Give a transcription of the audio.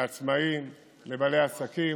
לעצמאים, לבעלי עסקים,